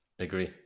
agree